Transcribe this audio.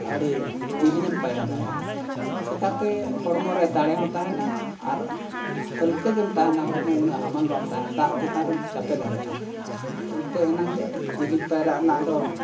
ᱟᱹᱰᱤ ᱡᱤᱞᱤᱧᱮᱢ ᱯᱟᱭᱨᱟ ᱫᱟᱲᱮᱭᱟᱜᱼᱟ ᱪᱤᱠᱟᱹᱛᱮ ᱦᱚᱲᱢᱚ ᱨᱮ ᱫᱟᱲᱮᱦᱚᱸ ᱛᱟᱦᱮᱱᱟ ᱟᱨ ᱦᱟᱞᱠᱟᱹᱜᱮᱢ ᱛᱟᱦᱮᱱᱟ ᱦᱚᱲᱢᱚ ᱩᱱᱟᱹᱜ ᱦᱟᱢᱟᱞ ᱵᱟᱢ ᱛᱟᱦᱮᱱᱟ ᱫᱟᱜ ᱪᱮᱛᱟᱱ ᱨᱮᱢ ᱪᱟᱯᱮ ᱫᱟᱲᱮᱭᱟᱜᱼᱟ ᱮᱱᱛᱮ ᱮᱱᱟᱝᱼᱜᱮ ᱡᱤᱞᱤᱧ ᱯᱟᱭᱨᱟᱜ ᱨᱮᱱᱟᱜ ᱫᱚ